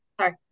Sorry